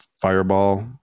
Fireball